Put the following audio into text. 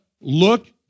look